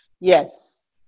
Yes